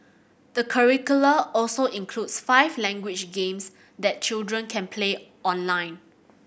the curricula also includes five language games that children can play online